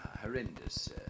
horrendous